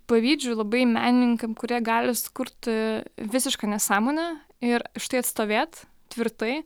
pavydžiu labai menininkams kurie gali sukurt visišką nesąmonę ir už tai atstovėt tvirtai